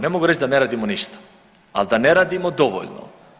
Ne mogu reći da ne radimo ništa, ali da ne radimo dovoljno.